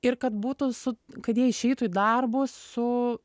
ir kad būtų su kad jie išeitų į darbus su